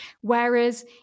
Whereas